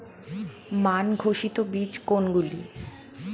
মান ঘোষিত বীজ কোনগুলি?